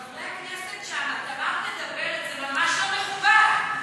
חברי הכנסת שם, תמר מדברת, זה ממש לא מכובד.